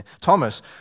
Thomas